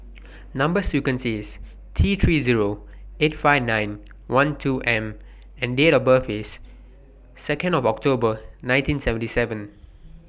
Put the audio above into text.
Number sequence IS T three Zero eight five nine one two M and Date of birth IS Second of October nineteen seventy seven